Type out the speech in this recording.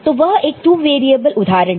तो वह एक 2 वेरिएबल उदाहरण था